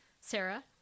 Sarah